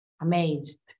amazed